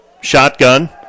shotgun